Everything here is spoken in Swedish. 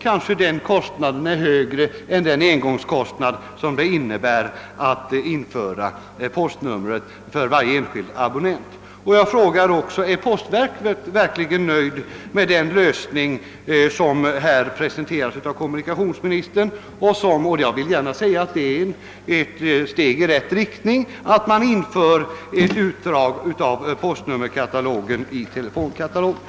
Kanske den kostnad detta medför är högre än den engångskostnad det innebär att införa Jag vill till sist fråga: Är postverket verkligen nöjt med den lösning som här presenteras av kommunikationsministern, även om det är ett steg i rätt riktning att man inför ett utdrag ur postnummerkatalogen i telefonkatalogen?